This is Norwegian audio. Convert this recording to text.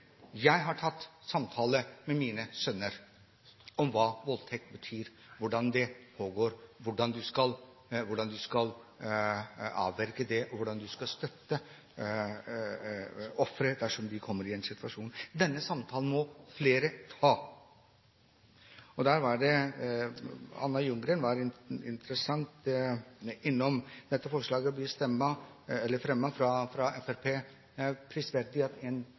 Jeg har hatt samtaler med mine sønner om hva voldtekt betyr, hvordan de pågår, hvordan man skal avverge dem, og hvordan man skal støtte ofre dersom de kommer i en slik situasjon. Denne samtalen må flere ta. Det var interessant at Anna Ljunggren var innom det forslaget som er fremmet av Fremskrittspartiet – prisverdig at en god del kvinner fra